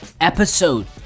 episode